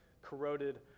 corroded